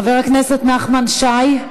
חבר הכנסת נחמן שי,